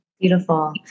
beautiful